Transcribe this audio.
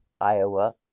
Iowa